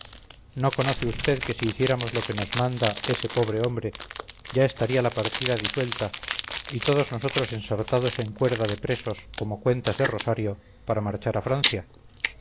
no conoce usted que si hiciéramos lo que nos manda ese pobre hombre ya estaría la partida disuelta y todos nosotros ensartados en cuerda de presos como cuentas de rosario para marchar a francia